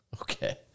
Okay